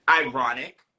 Ironic